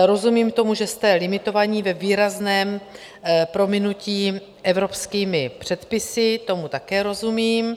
Rozumím tomu, že jste limitovaní ve výrazném prominutí evropskými předpisy, tomu také rozumím.